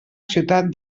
ciutat